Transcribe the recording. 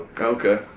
okay